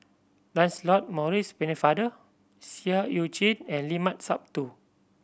Lancelot Maurice Pennefather Seah Eu Chin and Limat Sabtu